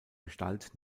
gestalt